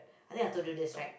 and then I told you this right